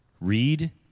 Read